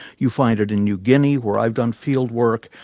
you find it in new guinea where i've done field work,